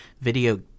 Video –